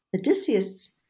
Odysseus